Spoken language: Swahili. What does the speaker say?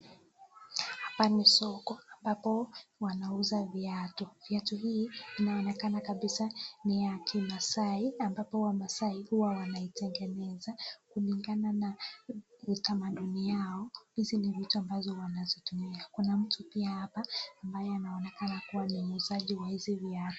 Hapa ni soko ambapo wanauza viatu, viatu hii inaonekana kabisa ni ya Kimasai ambapo Masai huwa wanaitengeneza kulingana na utamaduni yao. Hizi ni vitu ambazo wanazitumia kuna mtu pia hapa ambaye anaonekana kuwa ni muuzaji wa hizi viatu.